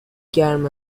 گرم